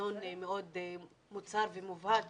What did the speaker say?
חזון מאוד מוצהר ומובהק